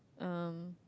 um